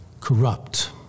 corrupt